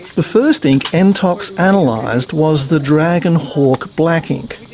the first ink entox and like was the dragon hawk black ink.